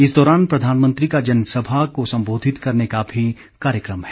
इस दौरान प्रधानमंत्री का जनसभा को संबोधित करने का भी कार्यक्रम है